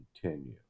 continue